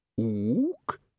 Ook